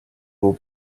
will